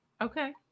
Okay